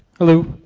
hello,